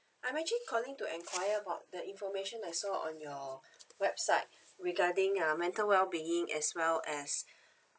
I'm actually calling to enquire about the information I saw on your website regarding uh mental well being as well as